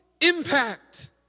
impact